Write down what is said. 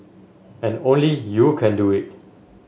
and only you can do it